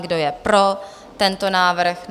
Kdo je pro tento návrh?